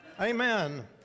Amen